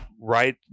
right